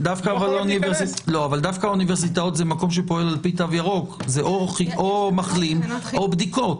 דווקא אוניברסיטאות זה מקום שפועל על-פי תו ירוק או מחלים או בדיקות.